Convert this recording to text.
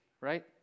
right